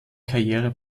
karriere